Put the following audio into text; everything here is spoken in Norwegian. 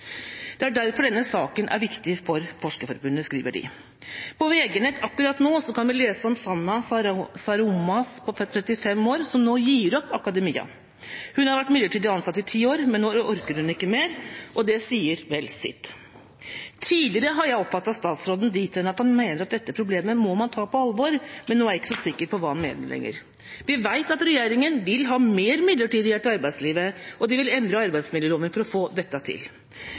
Det er derfor denne saken er viktig for Forskerforbundet. På VG nett akkurat nå kan vi lese om Sanna Sarromaa på 35 år, som nå gir opp akademia. Hun har vært midlertidig ansatt i ti år, men nå orker hun ikke mer, og det sier vel sitt. Tidligere har jeg oppfattet statsråden dit hen at han mener at dette problemet må man ta på alvor, men nå er jeg ikke så sikker på hva han mener lenger. Vi vet at regjeringa vil ha mer midlertidighet i arbeidslivet, og de vil endre arbeidsmiljøloven for å få dette til.